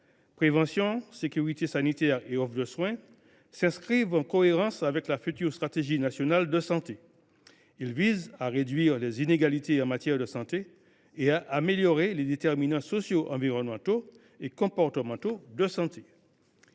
Prévention, sécurité sanitaire et offre de soins » s’inscrivent en cohérence avec la future stratégie nationale de santé. Ils visent à réduire les inégalités en matière de santé et à améliorer les déterminants socio environnementaux et comportementaux de santé.